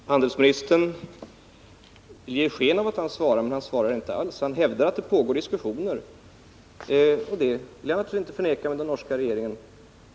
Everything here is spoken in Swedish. Fru talman! Handelsministern ger sken av att svara, men han svarar inte alls. Han hävdar att det pågår diskussioner med den norska regeringen, och det lär man väl inte kunna förneka.